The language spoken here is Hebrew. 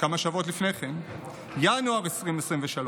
כמה שבועות לפני כן, ינואר 2023,